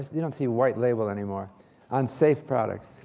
you don't see white labels any more on safe products.